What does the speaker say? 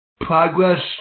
progress